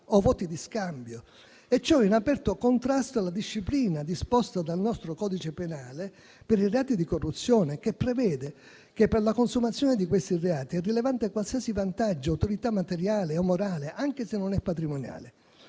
o voti di scambio, e ciò in aperto contrasto con la disciplina disposta dal nostro codice penale per i reati di corruzione, che per la consumazione dei quali prevede come rilevante qualsiasi vantaggio o utilità materiale o morale, anche se non patrimoniale.